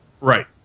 Right